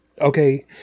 Okay